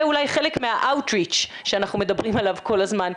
אולי חלק מה-out reach שאנחנו מדברים עליו כל הזמן.